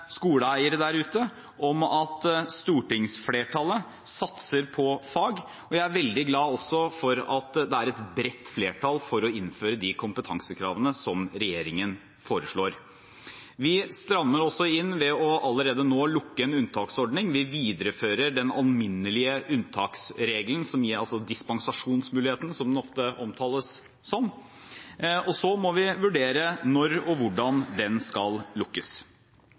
skoleeiere der ute om at stortingsflertallet satser på fag, og jeg er veldig glad for at det er et bredt flertall for å innføre de kompetansekravene som regjeringen foreslår. Vi strammer også inn ved allerede nå å lukke en unntaksordning. Vi viderefører den alminnelige unntaksregelen, dispensasjonsmuligheten, som den ofte omtales som, og så må vi vurdere når og hvordan den skal lukkes.